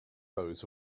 those